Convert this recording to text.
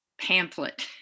Pamphlet